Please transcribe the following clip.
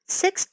six